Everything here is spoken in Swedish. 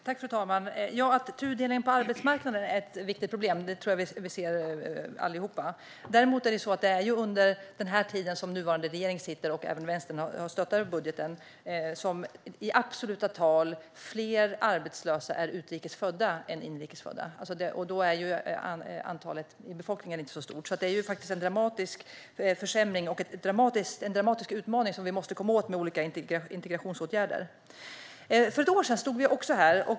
Fru talman! Att tudelningen på arbetsmarknaden är ett viktigt problem tror jag att vi alla ser. Däremot är det under den nuvarande regeringen, där Vänstern stöttar budgeten, som det i absoluta tal finns fler arbetslösa bland utrikes födda än bland inrikes födda. Befolkningsantalet är då inte så stort. Det är en dramatisk försämring och en dramatisk utmaning som vi måste komma åt med olika integrationsåtgärder. För ett år sedan stod vi också här.